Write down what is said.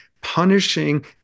Punishing